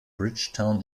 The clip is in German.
bridgetown